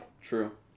True